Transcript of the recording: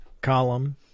column